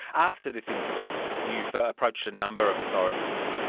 after this incident you've approached a number of authorities.